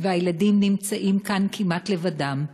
והילדים נמצאים כאן כמעט לבדם,